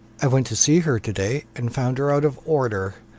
i went to see her to-day, and found her out of order.